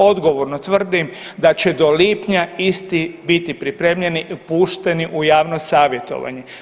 Odgovorno tvrdim da će do lipnja isti biti pripremljeni, pušteni u javno savjetovanje.